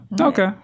Okay